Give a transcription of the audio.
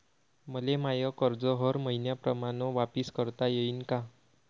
मले माय कर्ज हर मईन्याप्रमाणं वापिस करता येईन का?